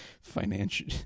financial